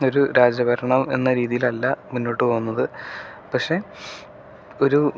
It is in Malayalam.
ഒരു രാജ ഭരണം എന്ന രീതിയിലല്ല മുന്നോട്ട് പോകുന്നത് പക്ഷെ ഒരു